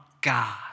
God